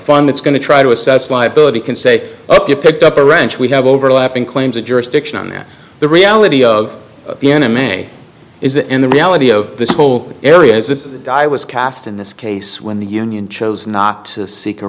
fund that's going to try to assess liability can say up you picked up a ranch we have overlapping claims of jurisdiction on the reality of the enemy is that in the reality of this whole area is that the die was cast in this case when the union chose not to seek a